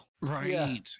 right